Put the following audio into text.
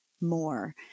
more